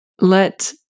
Let